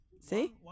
See